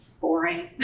boring